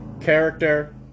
character